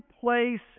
place